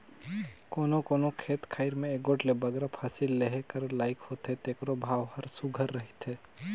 कोनो कोनो खेत खाएर में एगोट ले बगरा फसिल लेहे कर लाइक होथे तेकरो भाव हर सुग्घर रहथे